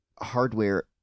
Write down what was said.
hardware